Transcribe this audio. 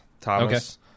Thomas